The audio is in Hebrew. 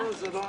זה לא החשב.